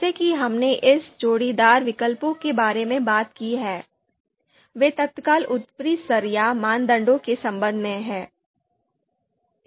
जैसा कि हमने इन जोड़ीदार विकल्पों के बारे में बात की है वे तत्काल ऊपरी स्तर या मानदंडों के संबंध में हैं